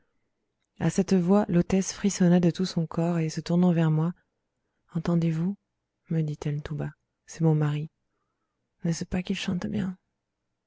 à cette voix l'hôtesse frissonna de tout son corps et se tournant vers moi entendez-vous me dit-elle tout bas c'est mon mari n'est-ce pas qu'il chante bien